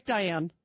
Diane